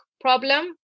problem